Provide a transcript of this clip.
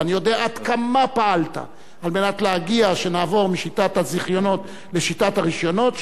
ואני יודע עד כמה פעלת להגיע שנעבור משיטת הזיכיונות לשיטת הרשיונות,